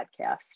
podcast